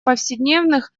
повседневных